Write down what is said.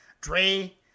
Dre